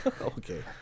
Okay